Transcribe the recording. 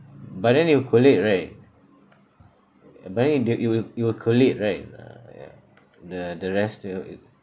but then it'll collate right but then the it will it will collate right uh ya the the rest the uh